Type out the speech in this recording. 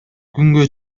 күнгө